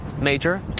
Major